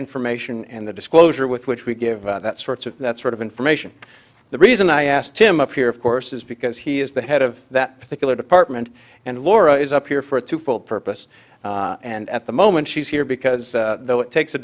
information and the disclosure with which we give out that sorts of that sort of information the reason i asked him up here of course is because he is the head of that particular department and laura is up here for a two fold purpose and at the moment she's here because though it takes a